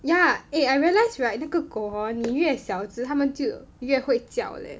ya eh I realise right 那个狗 hor 你越小只它就会越叫